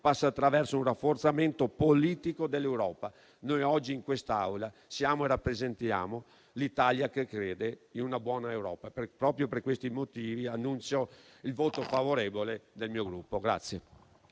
passa attraverso un rafforzamento politico dell'Europa e noi oggi in quest'Aula siamo e rappresentiamo l'Italia che crede in una buona Europa. Proprio per questi motivi, annuncio il voto favorevole del mio Gruppo.